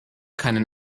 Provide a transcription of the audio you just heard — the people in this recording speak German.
keinen